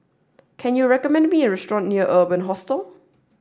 can you recommend me a restaurant near Urban Hostel